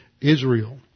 Israel